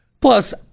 Plus